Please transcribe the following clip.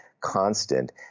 constant